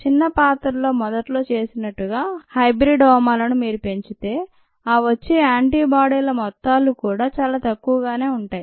చిన్న పాత్రల్లో మొదట్లో చేసినట్టుగా హైబ్రిడోమాలని మీరు పెంచితే ఆ వచ్చే యాంటీబాడీల మొత్తాలు కూడా చాలా తక్కువగానే ఉంటాయి